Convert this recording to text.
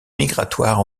migratoire